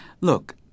Look